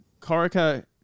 Corica